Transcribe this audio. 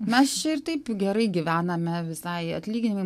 mes čia ir taip gerai gyvename visai atlyginimai